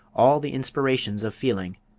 all the inspirations of feeling,